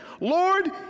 Lord